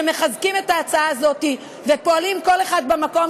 שמחזקים את ההצעה הזאת ופועלים כל אחד במקום